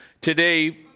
Today